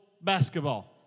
Basketball